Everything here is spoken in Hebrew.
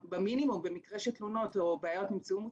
את המילים שותפות בעסקים,